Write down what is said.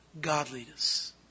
Godliness